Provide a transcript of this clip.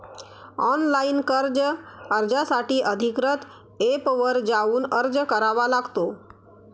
online कर्ज अर्जासाठी अधिकृत एपवर जाऊन अर्ज करावा लागतो